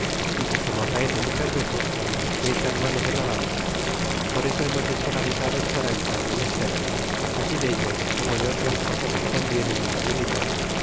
y que como acaece muchas veces que echan mano de la lanza por eso hemos de estar avisados para el tal menester así dello como de otras cosas que convienen en lo militar